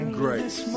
grace